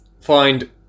find